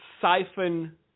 siphon